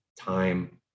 time